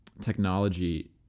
technology